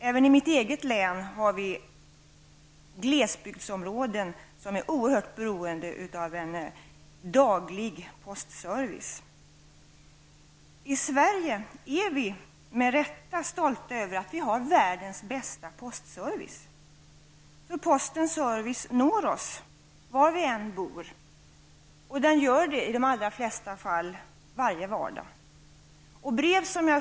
Även i mitt eget län har vi glesbygdsområden som är oerhört beroende av en daglig postservice. I Sverige är vi med rätta stolta över att vi har världens bästa postservice, eftersom postens service når oss var vi än bor. Och i de allra flesta fall gör den det varje vardag.